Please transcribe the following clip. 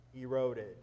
eroded